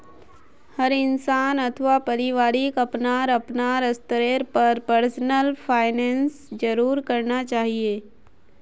हर इंसान अथवा परिवारक अपनार अपनार स्तरेर पर पर्सनल फाइनैन्स जरूर करना चाहिए